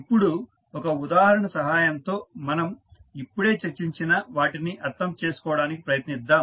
ఇప్పుడు ఒక ఉదాహరణ సహాయంతో మనం ఇప్పుడే చర్చించిన వాటిని అర్థం చేసుకోవడానికి ప్రయత్నిద్దాం